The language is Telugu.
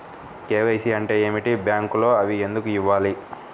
కే.వై.సి అంటే ఏమిటి? బ్యాంకులో అవి ఎందుకు ఇవ్వాలి?